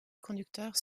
conducteurs